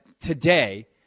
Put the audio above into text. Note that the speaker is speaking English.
today